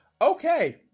Okay